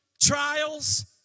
trials